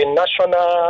national